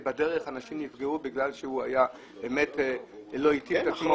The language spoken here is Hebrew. ובדרך אנשים נפגעו בגלל שהוא לא התאים את עצמו.